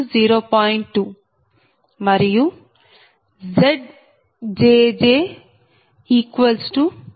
2మరియు ZjjZ110